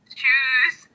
shoes